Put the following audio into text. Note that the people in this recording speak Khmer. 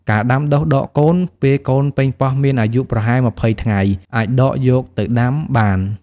ការដាំដុះដកកូន ពេលកូនប៉េងប៉ោះមានអាយុប្រហែល ២០ ថ្ងៃ អាចដកយកទៅដាំបាន។